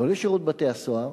לא לשירות בתי-הסוהר,